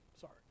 sorry